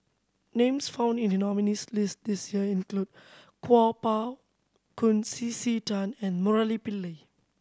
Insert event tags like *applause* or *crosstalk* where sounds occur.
names found in the nominees' list this year include Kuo Pao Kun C C Tan and Murali *unintelligible*